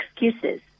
excuses